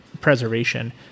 preservation